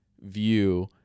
view